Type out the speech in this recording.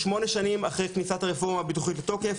שמונה שנים אחרי כניסת הרפורמה הביטוחית לתוקף,